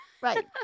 Right